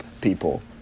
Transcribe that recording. people